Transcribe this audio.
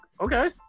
okay